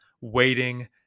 waiting